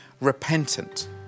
repentant